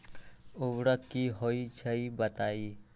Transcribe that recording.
उर्वरक की होई छई बताई?